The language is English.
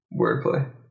Wordplay